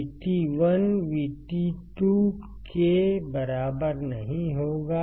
VT1 VT2 के बराबर नहीं होगा